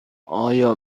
آیا